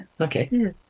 Okay